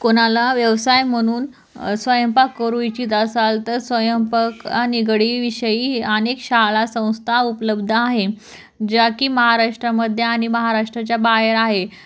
कोणाला व्यवसाय म्हणून स्वयंपाक करू इच्छीत असाल तर स्वयंपाक आणि गडीविषयी अनेक शाळा संस्था उपलब्ध आहे ज्या की महाराष्ट्रामध्ये आणि महाराष्ट्राच्या बाहेर आहे